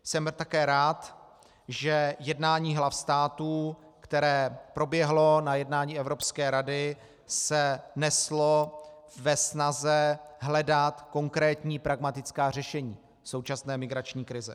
Jsem také rád, že jednání hlav států, které proběhlo na jednání Evropské rady, se neslo ve snaze hledat konkrétní pragmatická řešení současné migrační krize.